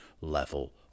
level